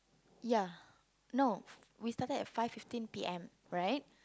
ya no we started at five fifteen p_m right